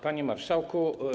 Panie Marszałku!